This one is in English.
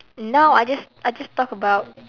now I just I just talk about